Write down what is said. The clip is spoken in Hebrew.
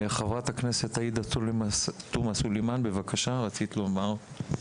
חברת הכנסת עאידה תומא סלימאן, בבקשה, רצית לומר.